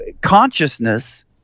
consciousness